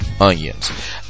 onions